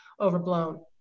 overblown